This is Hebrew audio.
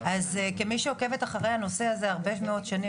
אז כמי שעוקבת אחרי הנושא הזה הרבה מאוד שנים